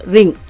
Ring